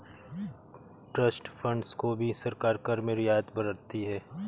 trust funds को भी सरकार कर में रियायत बरतती है